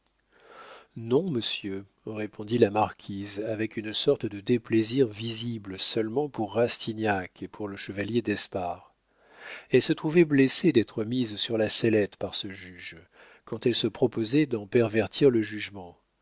non monsieur répondit la marquise avec une sorte de déplaisir visible seulement pour rastignac et pour le chevalier d'espard elle se trouvait blessée d'être mise sur la sellette par ce juge quand elle se proposait d'en pervertir le jugement